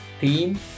theme